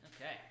Okay